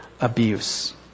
abuse